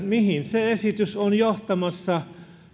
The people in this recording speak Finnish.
mihin se esitys on johtamassa